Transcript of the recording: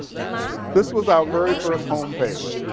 this was our very first home page.